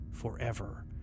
forever